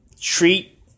treat